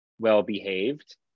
well-behaved